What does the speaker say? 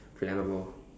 flammable